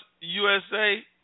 USA